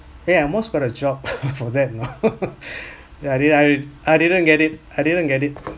eh I almost got a job for that you know ya I didn't I I didn't get it I didn't get it